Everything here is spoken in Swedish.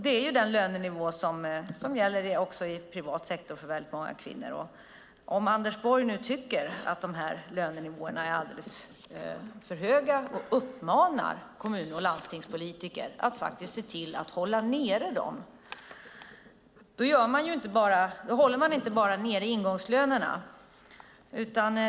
Det är den lönenivå som gäller även i privat sektor för väldigt många kvinnor. Om Anders Borg tycker att de här lönenivåerna är alldeles för höga och uppmanar kommun och landstingspolitiker att se till att hålla nere dem håller man nere inte bara ingångslönerna.